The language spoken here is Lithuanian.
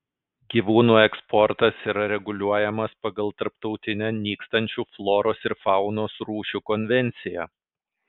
gyvūnų eksportas yra reguliuojamas pagal tarptautinę nykstančių floros ir faunos rūšių konvenciją